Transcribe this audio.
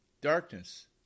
darkness